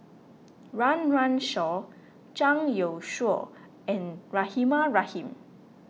Run Run Shaw Zhang Youshuo and Rahimah Rahim